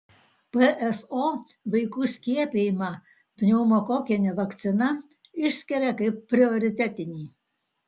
pso vaikų skiepijimą pneumokokine vakcina išskiria kaip prioritetinį